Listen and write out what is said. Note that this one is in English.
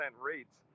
rates